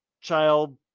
child